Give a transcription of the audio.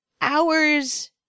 hours